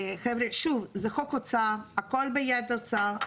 חבר'ה, שוב, זה חוק אוצר, הכל ביד האוצר.